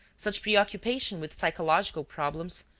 such preoccupation with psychological problems,